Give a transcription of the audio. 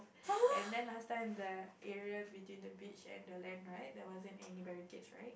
and then last time the area between the beach and the land right there wasn't any barricades right